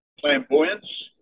flamboyance